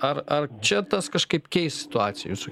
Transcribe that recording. ar ar čia tas kažkaip keis situaciją jūsų